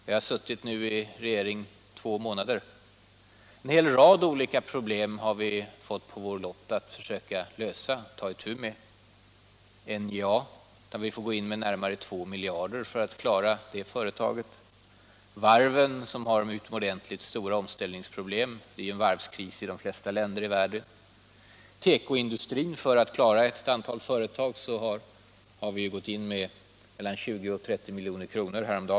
Vi har nu suttit i regeringsställning i två månader, och vi har fått en hel rad olika problem på vår lott som vi skall försöka ta itu med att lösa. NJA får vi stödja med närmare 2 miljarder kronor för att klara företaget. Varven har utomordentligt stora omställningsproblem. Det är ju varvskris i de flesta länder i världen. För att klara ett antal företag i tekobranschen har vi gått in med mellan 20 och 30 milj.kr.